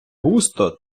густо